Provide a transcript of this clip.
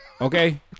Okay